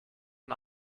ein